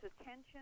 attention